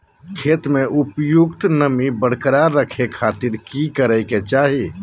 खेत में उपयुक्त नमी बरकरार रखे खातिर की करे के चाही?